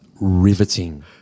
riveting